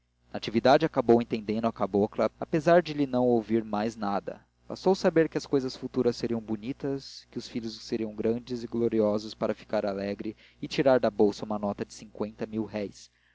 natividade acabou entendendo a cabocla apesar de lhe não ouvir mais nada bastou saber que as cousas futuras seriam bonitas e os filhos grandes e gloriosos para ficar alegre e tirar da bolsa uma nota de cinquenta